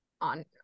on